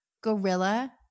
gorilla